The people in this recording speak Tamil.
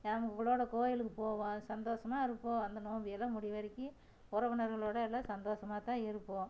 எங்கள் கூட கோயிலுக்கு போவோம் சந்தோசமாக இருப்போம் அந்த நோம்பி எல்லாம் முடி வரைக்கி உறவினர்களோட எல்லாம் சந்தோசமாகத்தான் இருப்போம்